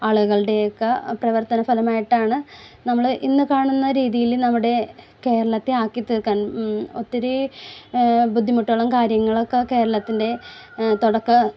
ആളുകളുടെയൊക്കെ പ്രവർത്തന ഫലമായിട്ടാണ് നമ്മൾ ഇന്ന് കാണുന്ന രീതിയിൽ നമ്മുടെ കേരളത്തെ ആക്കി തീർക്കാൻ ഒത്തിരി ബുദ്ധിമുട്ടുകളും കാര്യങ്ങളുമൊക്കെ കേരളത്തിൻ്റെ തുടക്ക